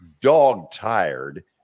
dog-tired